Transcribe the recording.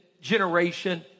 generation